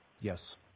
Yes